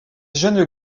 jeunes